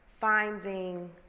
finding